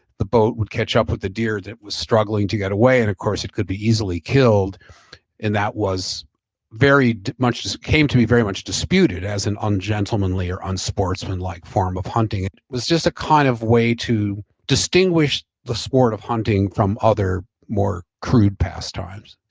the boat would catch up with the deer that was struggling to get away and of course it could be easily killed and that was very much, it came to be very much disputed as an ungentlemanly or unsportsmanlike form of hunting it was just a kind of way to distinguish the sport of hunting from other more crude pastimes.